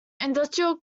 industrial